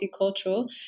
multicultural